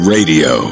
Radio